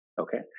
Okay